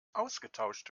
ausgetauscht